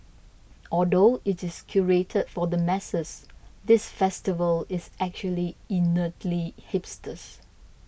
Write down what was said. although it is curated for the masses this festival is actually innately hipsters